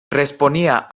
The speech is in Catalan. responia